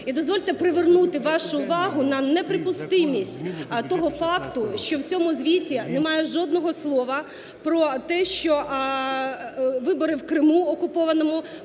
І дозвольте привернути вашу увагу на неприпустимість того факту, що в цьому звіті немає жодного слова про те, що вибори в Криму окупованому